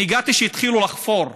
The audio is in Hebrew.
הגעתי כשהתחילו לחפור.